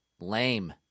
lame